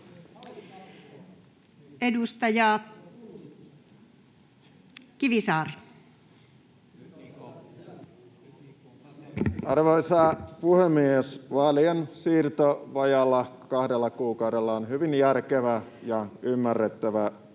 Edustaja Kivisaari. Arvoisa puhemies! Vaalien siirto vajaalla kahdella kuukaudella on hyvin järkevä ja ymmärrettävä päätös.